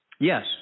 Yes